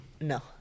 No